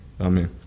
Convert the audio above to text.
Amen